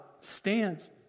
stands